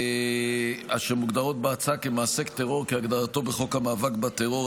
אשר מוגדרות בהצעה כמעשה טרור כהגדרתו בחוק המאבק בטרור,